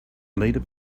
leader